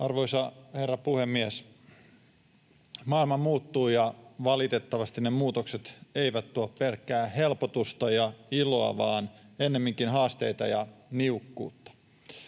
Arvoisa herra puhemies! Maailma muuttuu, ja valitettavasti ne muutokset eivät tuo pelkkää helpotusta ja iloa vaan ennemminkin haasteita ja niukkuutta